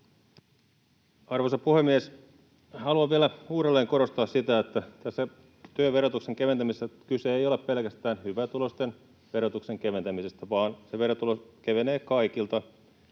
Arvoisa puhemies! Haluan vielä uudelleen korostaa sitä, että tässä työn verotuksen keventämisessä kyse ei ole pelkästään hyvätuloisten verotuksen keventämisestä, vaan verotulot kevenevät kaikilta